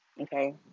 okay